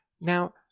Now